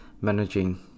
managing